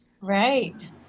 Right